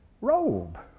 robe